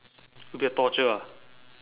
will be a torture ah